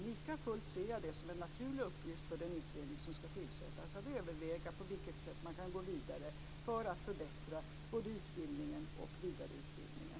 Likafullt ser jag det som en naturlig uppgift för den utredning som ska tillsättas att överväga på vilket sätt man kan gå vidare för att förbättra både utbildningen och vidareutbildningen.